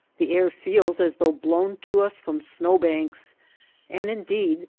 the air feels as though blown to us from snow-banks and indeed,